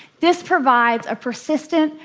this provides a persistent,